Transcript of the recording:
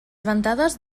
ventades